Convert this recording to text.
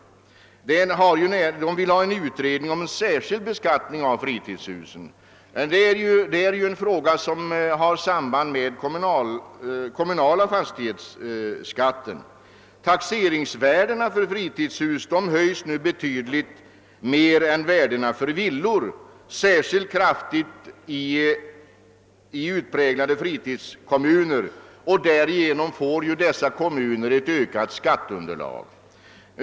Motionärerna vill ha en utredning om en särskild beskattning av fritidshusen. Detta är en fråga som har samband med den kommunala fastighetsskatten. Taxeringsvärdena för fritidshusen höjs nu betydligt mer än värdena för villor, och särskilt kraftigt sker detta i utpräglade fritidskommuner. Dessa kommuner får därigenom ett ökat skatte underlag.